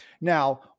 Now